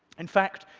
in fact,